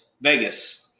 Vegas